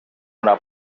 una